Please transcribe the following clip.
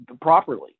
properly